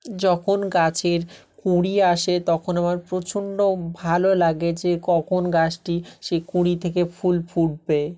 যখন গাছের কুঁড়ি আসে তখন আমার প্রচণ্ড ভালো লাগে যে কখন গাছটি সেই কুঁড়ি থেকে ফুল ফুটবে